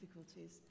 difficulties